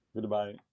Goodbye